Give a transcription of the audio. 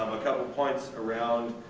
um a couple of points around